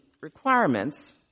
requirements